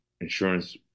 insurance